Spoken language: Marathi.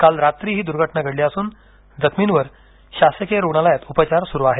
काल रात्री ही दुर्घटना घडली असून जखमीवर शासकीय रुग्णालयात उपचार सुरू आहेत